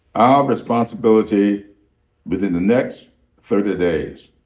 our responsibility within the next thirty days